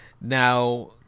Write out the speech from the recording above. Now